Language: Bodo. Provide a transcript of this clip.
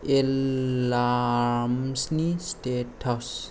एलार्मनि स्टेटास